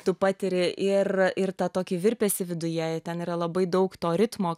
tu patiri ir ir tą tokį virpesį viduje i ten yra labai daug to ritmo